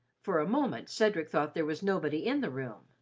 for a moment cedric thought there was nobody in the room,